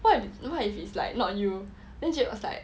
what what if it's like not you then jade was like